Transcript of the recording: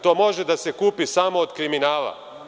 To može da se kupi od kriminala.